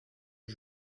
que